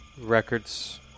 records